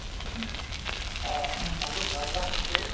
हा तव्हांखे छा छा खपे